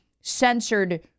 censored